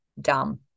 dumb